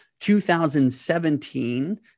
2017